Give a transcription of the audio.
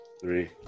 Three